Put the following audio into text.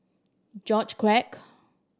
George Quek